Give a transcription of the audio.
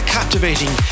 Captivating